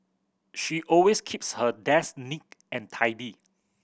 she always keeps her desk neat and tidy